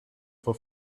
for